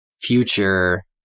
future